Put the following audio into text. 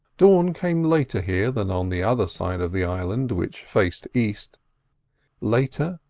dawn came later here than on the other side of the island which faced east later,